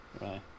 right